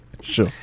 sure